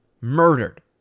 murdered